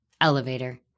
Elevator